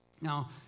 Now